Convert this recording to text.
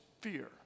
fear